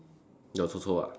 your chou chou ah